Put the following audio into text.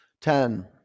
Ten